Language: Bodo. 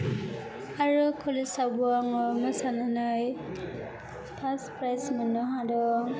आरो कलेज आवबो आङो मोसानानै फार्स्ट प्राइज मोननो हादों